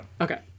Okay